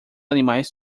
animais